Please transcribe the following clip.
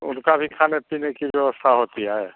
उनकी भी खाने पीने की व्यवस्था होती है